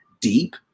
deep